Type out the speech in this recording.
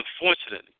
Unfortunately